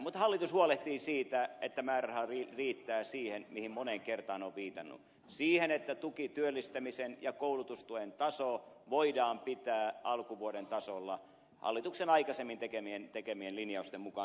mutta hallitus huolehtii siitä että määräraha riittää siihen mihin moneen kertaan olen viitannut siihen että tukityöllistämisen ja koulutustuen taso voidaan pitää alkuvuoden tasolla hallituksen aikaisemmin tekemien linjausten mukaan